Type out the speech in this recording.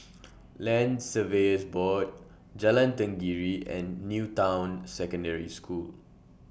Land Surveyors Board Jalan Tenggiri and New Town Secondary School